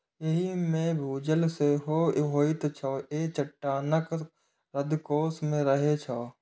एहि मे भूजल सेहो होइत छै, जे चट्टानक रंध्रकोश मे रहै छै